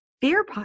fear